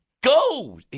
go